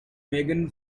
megan